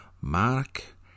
Mark